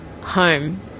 home